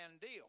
deal